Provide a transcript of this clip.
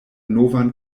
novan